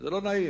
זה לא נעים.